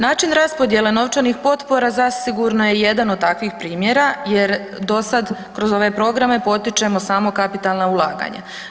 Način raspodjele novčanih potpora zasigurno je jedan od takvih primjera jer dosad kroz ove programe potičemo samo kapitalna ulaganja.